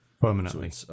permanently